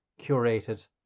curated